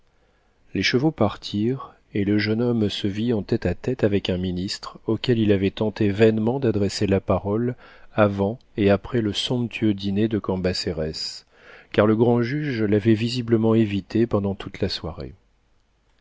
les chevaux partirent et le jeune homme se vit en tête-à-tête avec un ministre auquel il avait tenté vainement d'adresser la parole avant et après le somptueux dîner de cambacérès car le grand-juge l'avait visiblement évité pendant toute la soirée